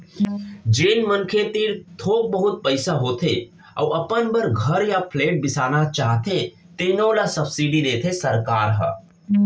जेन मनखे तीर थोक बहुत पइसा होथे अउ अपन बर घर य फ्लेट बिसाना चाहथे तेनो ल सब्सिडी देथे सरकार ह